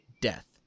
death